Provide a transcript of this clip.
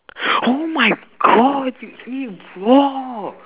oh my god you eat it raw